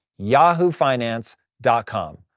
yahoofinance.com